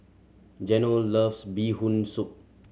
Geno loves Bee Hoon Soup